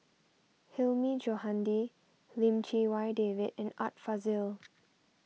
Hilmi Johandi Lim Chee Wai David and Art Fazil